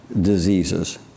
Diseases